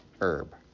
herb